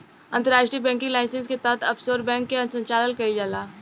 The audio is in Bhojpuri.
अंतर्राष्ट्रीय बैंकिंग लाइसेंस के तहत ऑफशोर बैंक के संचालन कईल जाला